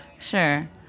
sure